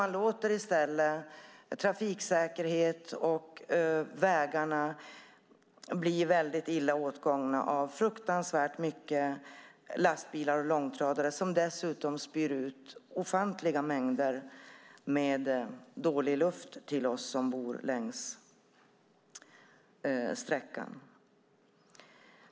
Man låter i stället trafiksäkerhet och vägar bli illa åtgångna av fruktansvärt mycket lastbilar och långtradare, som dessutom spyr ut ofantliga mängder avgaser som medför dålig luft för oss som bor längs sträckan.